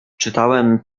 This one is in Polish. czytałem